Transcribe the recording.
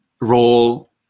role